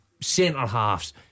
centre-halves